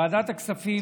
ועדת הכספים